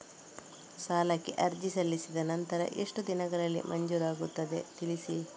ಸಾಲಕ್ಕೆ ಅರ್ಜಿ ಸಲ್ಲಿಸಿದ ನಂತರ ಎಷ್ಟು ದಿನಗಳಲ್ಲಿ ಮಂಜೂರಾಗುತ್ತದೆ ತಿಳಿಸಿ?